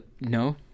No